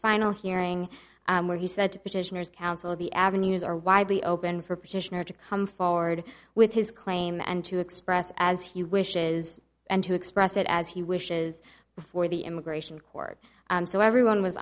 final hearing where he said to petitioners counsel of the avenues are widely open for petitioner to come forward with his claim and to express as he wishes and to express it as he wishes before the immigration court so everyone was